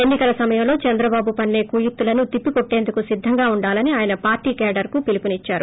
ఎన్ని కేల సమయంలో చంద్రబాబు పస్పే కుయుక్తులను తిప్ప్కొట్టేందుకు సిద్దంగా ఉండాలని ఆయన పార్లీ క్వాడర్ కు పిలుపునిద్నారు